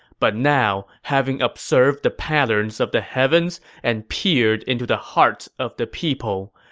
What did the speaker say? but now, having observed the patterns of the heavens and peered into the hearts of the people,